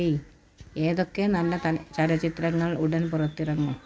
ഏയ് ഏതൊക്കെ നല്ല ചലച്ചിത്രങ്ങൾ ഉടൻ പുറത്തിറങ്ങും